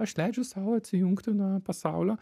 aš leidžiu sau atsijungti nuo pasaulio